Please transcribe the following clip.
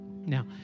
Now